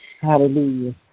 Hallelujah